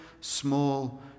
small